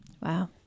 Wow